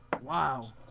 Wow